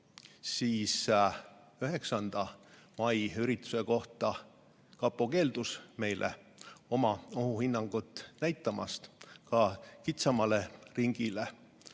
aga 9. mai ürituse kohta keeldus kapo meile oma ohuhinnangut näitamast, ka kitsamale ringile.